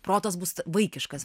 protas bus vaikiškas